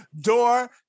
door